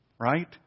right